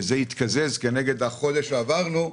וזה יתקזז כנגד החודש שעברנו,